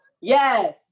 Yes